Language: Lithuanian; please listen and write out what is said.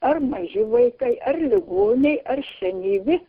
ar maži vaikai ar ligoniai ar senyvi